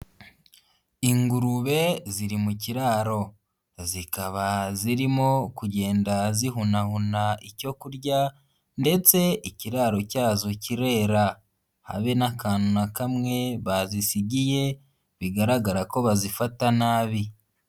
Ingurube ziri mu kiraro, zikaba zirimo kugenda zihunahuna icyo kurya ndetse ikiraro cyazo kirera, habe n'akantu na kamwe bazisigiye, bigaragara ko bazifata nabi.